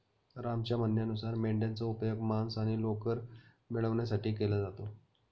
रामच्या म्हणण्यानुसार मेंढयांचा उपयोग मांस आणि लोकर मिळवण्यासाठी केला जातो